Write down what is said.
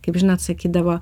kaip žinot sakydavo